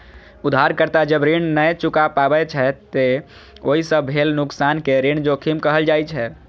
उधारकर्ता जब ऋण नै चुका पाबै छै, ते ओइ सं भेल नुकसान कें ऋण जोखिम कहल जाइ छै